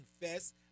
confess